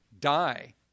die